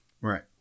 right